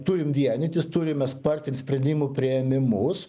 turim vienytis turime spartint sprendimų priėmimus